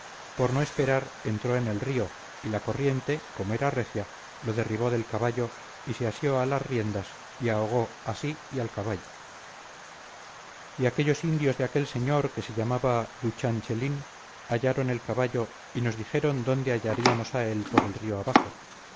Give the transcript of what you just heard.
por no esperar entró en el río y la corriente como era recia lo derribó del caballo y se asió a las riendas y ahogó a sí y al caballo y aquellos indios de aquel señor que se llamaba dulchanchelín hallaron el caballo y nos dijeron dónde hallaríamos a él por el río abajo